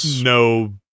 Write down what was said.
no